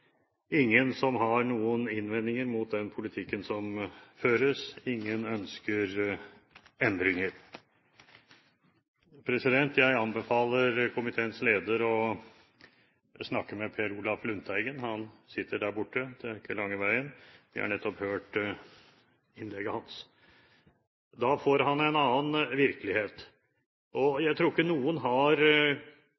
ingen som har noen innvendinger mot den politikken som føres, ingen ønsker endringer. Jeg anbefaler komiteens leder å snakke med Per Olaf Lundteigen – han sitter der borte, det er ikke lange veien, og vi har nettopp hørt innlegget hans – da får han høre om en annen virkelighet.